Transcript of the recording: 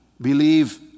believe